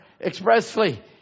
expressly